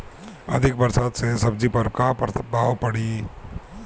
अधिक बरसात के सब्जी पर का प्रभाव पड़ी?